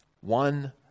one